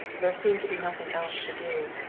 there seemed to be nothing else to do,